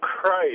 Christ